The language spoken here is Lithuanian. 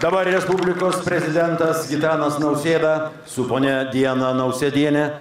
dabar respublikos prezidentas gitanas nausėda su ponia diana nausėdiene